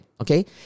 Okay